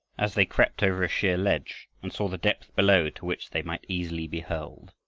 as they crept over a sheer ledge and saw the depth below to which they might easily be hurled.